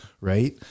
Right